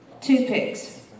toothpicks